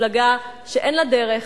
מפלגה שאין לה דרך,